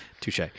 Touche